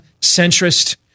centrist